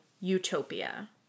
utopia